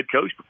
coach